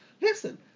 listen